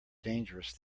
dangerous